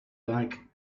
like